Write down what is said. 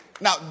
Now